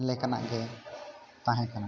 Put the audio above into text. ᱞᱮᱠᱟᱱᱟᱜ ᱜᱮ ᱛᱟᱦᱮᱸ ᱠᱟᱱᱟ